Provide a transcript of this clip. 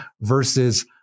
versus